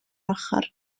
ochr